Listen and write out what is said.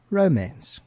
romance